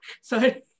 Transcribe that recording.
Sorry